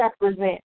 represent